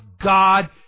God